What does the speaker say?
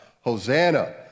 Hosanna